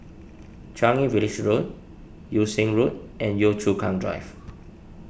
Changi Village Road Yew Siang Road and Yio Chu Kang Drive